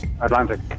Atlantic